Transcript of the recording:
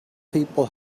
people